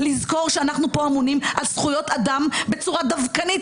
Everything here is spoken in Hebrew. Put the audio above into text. לזכור שאנחנו פה אמונים על זכויות אדם בצורה דווקנית.